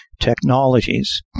technologies